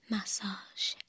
Massage